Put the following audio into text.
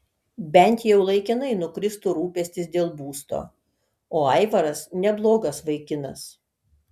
bent jau laikinai nukristų rūpestis dėl būsto o aivaras neblogas vaikinas